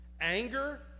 Anger